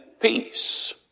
peace